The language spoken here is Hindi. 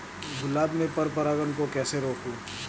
गुलाब में पर परागन को कैसे रोकुं?